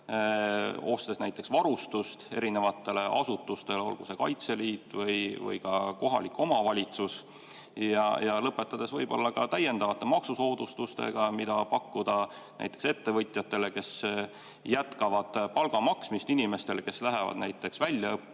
ostes näiteks varustust erinevatele asutustele, olgu see Kaitseliit või ka kohalik omavalitsus, ja lõpetades võib-olla ka täiendavate maksusoodustustega, mida pakkuda näiteks ettevõtjatele, kes jätkavad palga maksmist inimestele, kes lähevad väljaõppele